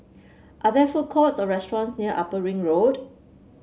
are there food courts or restaurants near Upper Ring Road